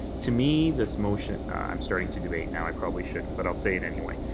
to me, this motion i'm starting to debate now. i probably shouldn't. but i'll say it anyway.